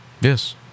Yes